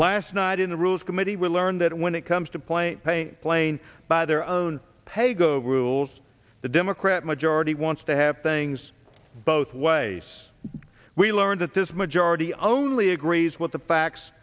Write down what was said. last night in the rules committee will learn that when it comes to plain pain playing by their own paygo rules the democrat majority wants to have things both ways we learn that this majority only agrees with the facts